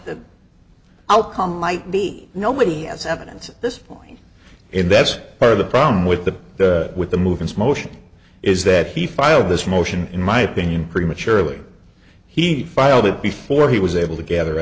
what outcome might be nobody has evidence at this point and that's part of the problem with the with the movement's motion is that he filed this motion in my opinion prematurely he filed it before he was able to gather